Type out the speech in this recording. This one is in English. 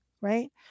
right